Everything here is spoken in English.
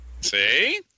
See